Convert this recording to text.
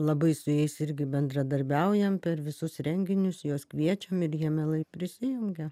labai su jais irgi bendradarbiaujam per visus renginius juos kviečiam ir jie mielai prisijungia